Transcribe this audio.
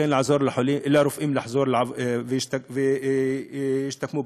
לעזור לרופאים לחזור ושישתכנו בארץ.